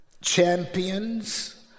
champions